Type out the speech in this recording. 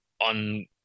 on